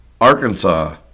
Arkansas